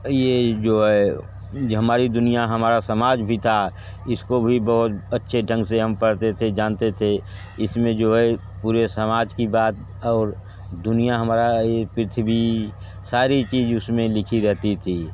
ये जो है हमारी दुनिया हमारा समाज भी था इसको भी बहुत अच्छे ढंग से हम पढ़ते थे जानते थे इसमें जो है पूरे समाज की बात और दुनिया हमारी ये पृथ्वी सारी चीज़ उसमें लिखी रहती थी